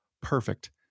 perfect